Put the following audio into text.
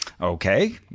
Okay